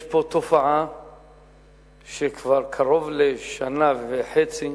יש פה תופעה שכבר קרוב לשנה וחצי